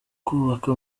kubaka